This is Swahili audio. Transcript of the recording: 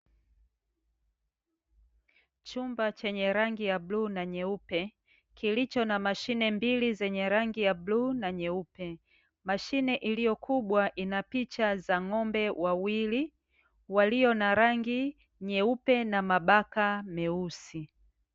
Chumba chenye rangi ya bluu na nyeupe, kilicho na mashine mbili zenye rangi ya bluu na nyeupe. Mashine iliyokubwa ina picha za ng'ombe wawili walio na rangi nyeupe na mabaka meusi.